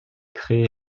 créée